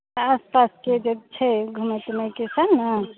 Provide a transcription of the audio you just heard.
आसपासके जे छै घुमय तुमयके सएह ने